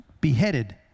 beheaded